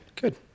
Good